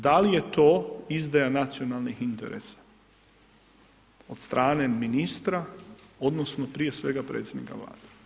Da li je to izdaja nacionalnog interesa od strane ministra, odnosno, prije svega predsjednika Vlade?